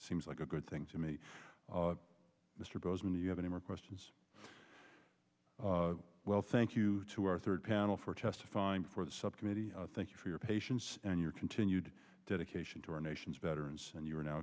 seems like a good thing to me mr bozeman to you have any more questions well thank you to our third panel for testifying before the subcommittee thank you for your patience and your continued dedication to our nation's veterans and you are now